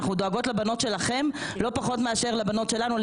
אנחנו דואגות לבנות שלכם לא פחות מאשר לבנות שלנו.